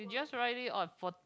you just write it on for